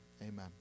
amen